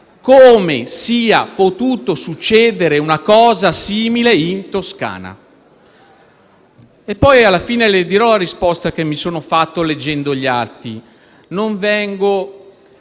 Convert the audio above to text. come sia potuta succedere una cosa simile in Toscana. Poi, signor Presidente, alla fine le darò la risposta che mi sono dato leggendo gli atti. Non vengo